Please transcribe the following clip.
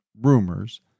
rumors